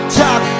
talk